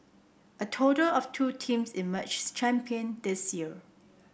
a total of two teams emerged champion this year